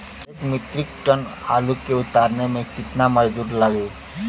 एक metric tonne आलू के उतारे मे कितना मजदूर लागि?